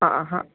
हा हा